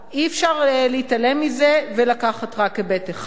אי-אפשר להתעלם מזה ולקחת רק היבט אחד.